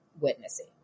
witnessing